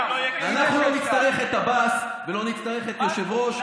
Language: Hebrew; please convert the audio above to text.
נו, ומה נרוויח מזה?